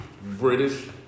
British